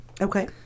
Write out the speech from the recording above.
Okay